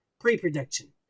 pre-production